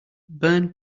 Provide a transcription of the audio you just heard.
burn